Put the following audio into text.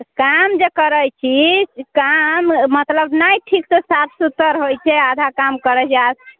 तऽ काम जे करै छी काम मतलब नहि ठीकसँ साफ सुथर होइ छै आधा काम करैत छी आधा